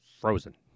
frozen